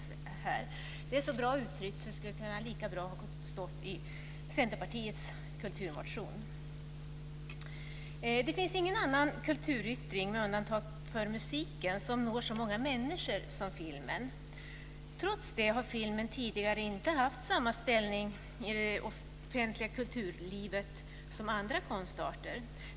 Det är så bra uttryckt att det lika bra hade kunnat stå i Centerpartiets kulturmotion. Det finns ingen annan kulturyttring, med undantag för musiken, som når så många människor som filmen. Trots det har filmen tidigare inte haft samma ställning i det offentliga kulturlivet som andra konstarter.